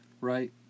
Right